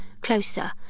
closer